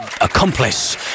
accomplice